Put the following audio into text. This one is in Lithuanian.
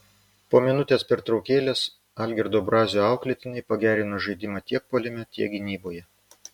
po minutės pertraukėlės algirdo brazio auklėtiniai pagerino žaidimą tiek puolime tiek gynyboje